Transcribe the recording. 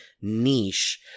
niche